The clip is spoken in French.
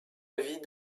vie